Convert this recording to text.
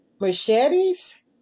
machetes